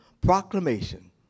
proclamation